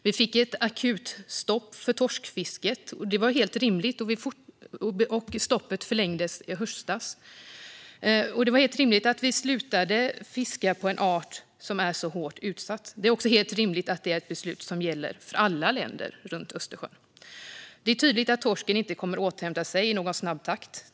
Det blev ett akutstopp för torskfisket, och det var helt rimligt. Stoppet förlängdes i höstas. Det var helt rimligt att vi slutade fiska på en art som är så hårt utsatt. Det är också helt rimligt att det är ett beslut som gäller alla länder runt Östersjön. Det är tydligt att torsken inte kommer att återhämta sig i någon snabb takt.